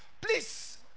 Please